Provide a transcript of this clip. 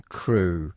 crew